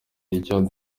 icyo